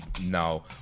no